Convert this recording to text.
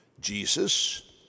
Jesus